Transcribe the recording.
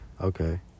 Okay